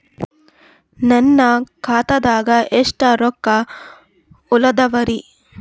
ನನ್ನ ಖಾತಾದಾಗ ಎಷ್ಟ ರೊಕ್ಕ ಉಳದಾವರಿ?